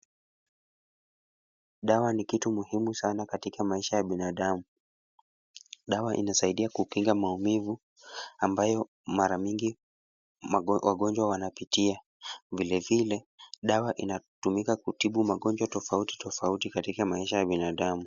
Dawa ni kitu muhimu sana katika maisha ya binadamu. Dawa inasaidia kukinga maumivu ambayo ambayo mara mingi wagonjwa wanapitia. Vilevile dawa inatumika kutibu magonjwa tofauti tofauti katika maisha ya binadamu.